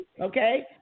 Okay